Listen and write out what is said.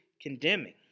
condemning